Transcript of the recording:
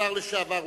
השר לשעבר,